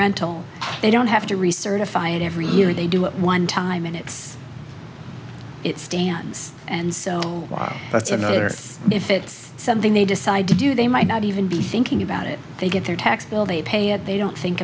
rental they don't have to recertify it every year and they do it one time and it's it stands and so that's another if it's something they decide to do they might not even be thinking about it they get their tax bill they pay it they don't think